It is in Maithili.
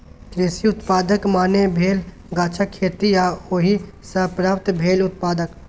कृषि उत्पादक माने भेल गाछक खेती आ ओहि सँ प्राप्त भेल उत्पाद